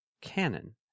canon